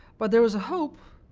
but there was a hope